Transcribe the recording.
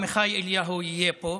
עמיחי אליהו יהיה פה.